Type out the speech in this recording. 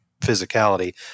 physicality